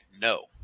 no